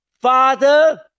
Father